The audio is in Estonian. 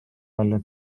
välja